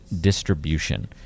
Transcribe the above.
distribution